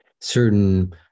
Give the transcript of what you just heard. Certain